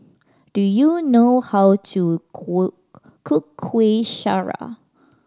do you know how to cook Kuih Syara